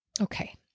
Okay